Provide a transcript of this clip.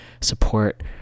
support